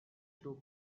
too